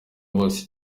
bose